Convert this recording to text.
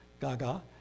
Gaga